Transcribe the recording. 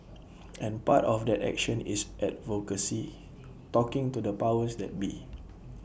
and part of that action is advocacy talking to the powers that be